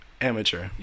Amateur